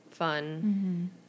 fun